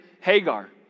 Hagar